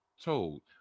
told